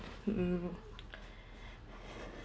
mm